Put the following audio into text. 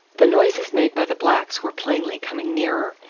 the noises made by the blacks were plainly coming nearer,